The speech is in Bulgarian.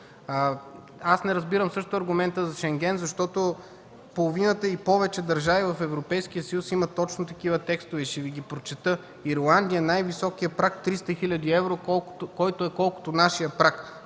Аз не разбирам също аргумента за Шенген, защото половината и повече държави в Европейския съюз имат точно такива текстове и ще Ви ги прочета. В Ирландия – най-високия праг – 300 хил. евро, колкото е нашият праг,